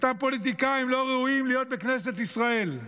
אותם פוליטיקאים לא ראויים להיות בכנסת ישראל.